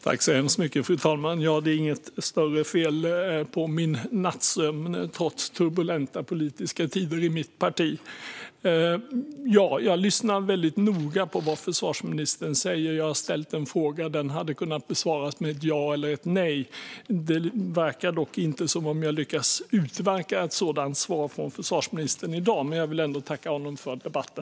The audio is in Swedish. Fru talman! Det är inget större fel på min nattsömn, trots politiskt turbulenta tider i mitt parti. Jag har lyssnat noga på vad försvarsministern säger, och jag har ställt en fråga som kan besvaras med ett ja eller nej. Det verkar dock inte som att jag har lyckats utverka ett sådant svar från försvarsministern i dag, men jag vill ändå tacka honom för debatten.